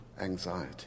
anxiety